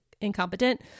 incompetent